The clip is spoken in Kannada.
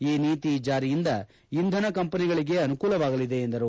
ಈ ನೀತಿ ಜಾರಿಯಿಂದ ಇಂಧನ ಕಂಪನಿಗಳಿಗೆ ಅನುಕೂಲವಾಗಲಿದೆ ಎಂದರು